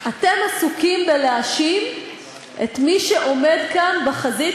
אתם עסוקים בלהאשים את מי שעומד כאן בחזית,